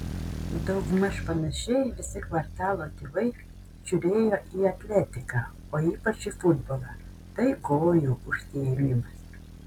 daugmaž panašiai visi kvartalo tėvai žiūrėjo į atletiką o ypač į futbolą tai gojų užsiėmimas